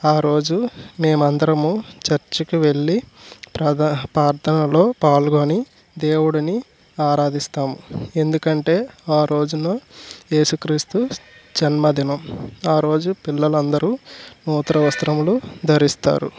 ఆ రోజు మేము అందరము చర్చికి వెళ్ళి ప్రద ప్రార్ధనలో పాల్గొని దేవుడిని ఆరాధిస్తాం ఎందుకంటే ఆ రోజు ఏసు క్రీస్తు జన్మదినం ఆ రోజు పిల్లలు అందరు నూతన వస్త్రములు ధరిస్తారు